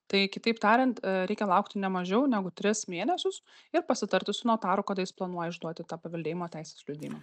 tai kitaip tariant reikia laukti ne mažiau negu tris mėnesius ir pasitarti su notaru kada jis planuoja išduoti tą paveldėjimo teisės liudijimą